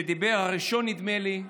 שדיבר הראשון, נדמה לי,